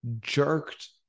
jerked